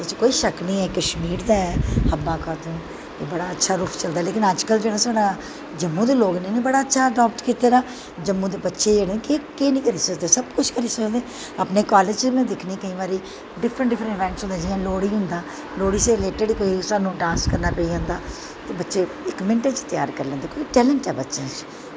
एह्दे च कोई शक्क निं ऐ कश्मीर दा ऐ खब्बा खातून बड़ा अच्छा रूफ चलदा पर अजकल्ल साढ़े जेह्ड़ा जम्मू दे लोग न इ'नें बड़ा अच्छा अडाप्ट कीते दा जम्मू दे बच्चे जेह्ड़े केह् निं करी सकदे सब कुछ करी सकदे अपने कालेज च में दिक्खनी केईं बारी डिफ्रैंट डिफ्रैंट डांस होंदे जि'यां लोह्ड़ी होंदा लोह्ड़ी दे रिलेटिड़ सानूं केईं टास्क करना पेई जंदा ते बच्चे इक मिंट च त्यार करी लैंदे बड़ा टैलंट ऐ बच्चें च